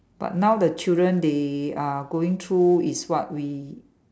but now the children they are going through is what we